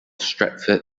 stratford